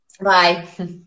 Bye